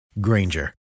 Granger